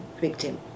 victim